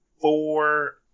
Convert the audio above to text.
four